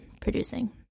producing